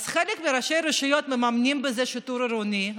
אז חלק מראשי הרשויות מממנים בזה שיטור עירוני,